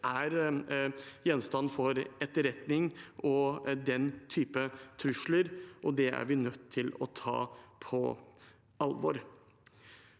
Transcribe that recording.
er gjenstand for etterretning og den typen trusler, og det er vi nødt til å ta på alvor.